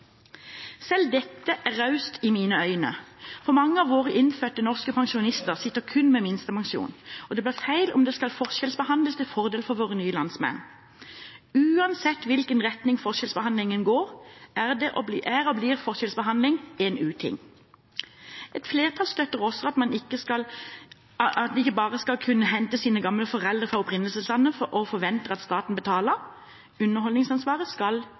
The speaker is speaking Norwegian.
Selv dette er raust i mine øyne, for mange av våre innfødte norske pensjonister sitter kun med minstepensjon, og det blir feil om det skal forskjellsbehandles til fordel for våre nye landsmenn. Uansett hvilken retning forskjellsbehandlingen går, er og blir forskjellsbehandling en uting. Et flertall støtter også at man ikke bare skal kunne hente sine gamle foreldre fra opprinnelseslandet og forvente at staten betaler. Underholdsansvaret skal